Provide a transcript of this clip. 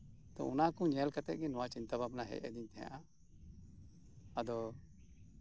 ᱛᱚ ᱚᱱᱟ ᱠᱚ ᱧᱮᱞ ᱠᱟᱛᱮᱜ ᱜᱮ ᱱᱚᱣᱟ ᱠᱚ ᱪᱤᱱᱛᱟᱹ ᱵᱷᱟᱵᱽᱱᱟ ᱦᱮᱡ ᱟᱹᱫᱤᱧ ᱛᱟᱸᱦᱮᱱᱟ ᱟᱫᱚ